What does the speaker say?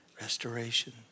restoration